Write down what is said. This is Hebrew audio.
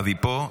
אבי פה?